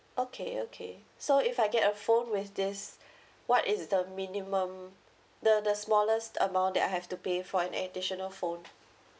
okay okay so if I get a phone with this what is the minimum the the smallest amount that I have to pay for an additional phone